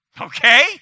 Okay